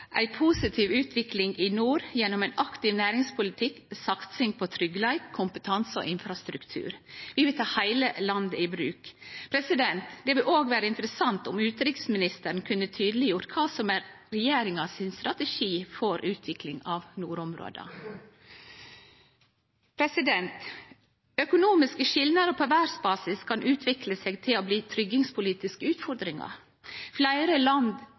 ei positiv utvikling i nord gjennom ein aktiv næringspolitikk, satsing på tryggleik, kompetanse og infrastruktur. Vi vil ta heile landet i bruk. Det ville òg vere interessant om utanriksministeren kunne tydeleggjort kva som er regjeringa sin strategi for utvikling av nordområda. Økonomiske skilnader på verdsbasis kan utvikle seg til å bli tryggingspolitiske utfordringar. Fleire land